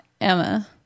emma